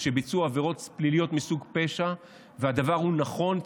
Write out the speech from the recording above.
שביצעו עבירות פליליות מסוג פשע והדבר הוא נכון,